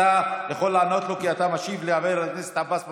אתה יכול לענות לו כי אתה משיב לחבר הכנסת עבאס מנסור.